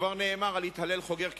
כבר נאמר: אל יתהלל חוגר כמפתח.